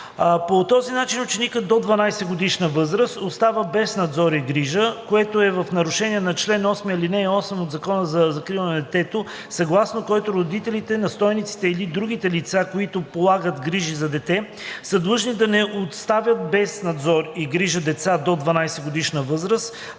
По този начин ученикът до 12-годишна възраст остава без надзор и грижа, което е в нарушение на чл. 8, ал. 8 от Закона за закрила на детето, съгласно който родителите, настойниците или другите лица, които полагат грижи за дете, са длъжни да не оставят без надзор и грижа децата до 12-годишна възраст,